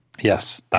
Yes